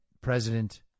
president